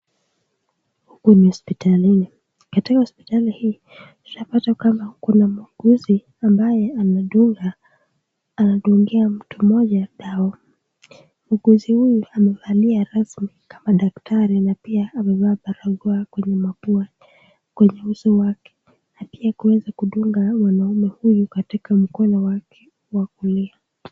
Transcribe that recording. Hii ni hosipitalini, katika hosipitali hii tunapata kwamba kuna muhuguzi ambaye anadungia mtu moja dawa. Muhuguzi huyu amevalia rasmi kama daktari na pia,, amevaa barakoa kwenye mapua, kwenye uso wake, akiwa akiweza kudunga mwanaume huyu katika mkono wake wa kulia.